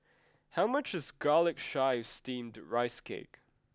how much is garlic chives steamed rice cake